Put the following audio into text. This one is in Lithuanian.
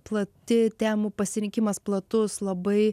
plati temų pasirinkimas platus labai